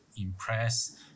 impress